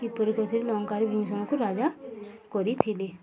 କିପରି କରିଥିଲେ ଲଙ୍କାରେ ବିଭୀଷଣକୁ ରାଜା କରିଥିଲେ